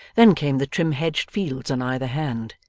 then came the trim-hedged fields on either hand,